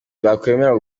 bakwemererwa